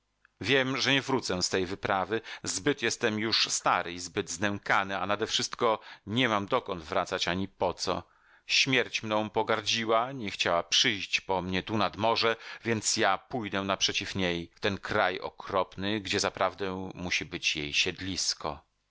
wiem że nie wrócę z tej wyprawy zbyt jestem już stary i zbyt znękany a nadewszystko niemam dokąd wracać ani po co śmierć mną pogardziła nie chciała przyjść po mnie tu nad morze więc ja pójdę naprzeciw niej w ten kraj okropny gdzie zaprawdę musi być jej